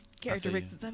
characteristics